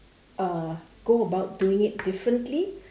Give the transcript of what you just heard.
uh go about doing it differently